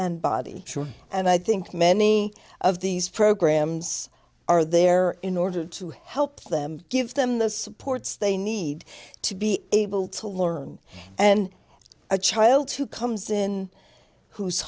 and body and i think many of these programs are there in order to help them give them the supports they need to be able to learn and a child who comes in who's